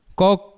kok